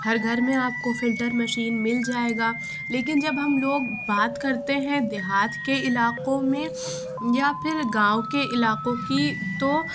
ہر گھر میں آپ کو فلٹر مشین مل جائے گا لیکن جب ہم لوگ بات کرتے ہیں دیہات کے علاقوں میں یا پھر گاؤں کے علاقوں کی تو